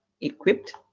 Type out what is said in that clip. equipped